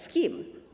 Z kim?